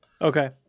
Okay